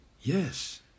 yes